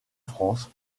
france